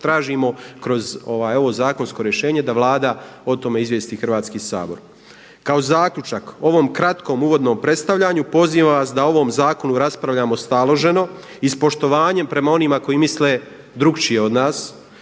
tražimo kroz ovo zakonsko rješenje da Vlada o tome izvijesti Hrvatski sabor. Kao zaključak ovom kratkom uvodnom predstavljanju pozivam se da o ovom zakonu raspravljamo staloženo i s poštovanjem prema onima koji misle drukčije od nas.